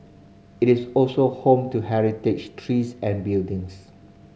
it is also home to heritage trees and buildings